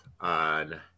on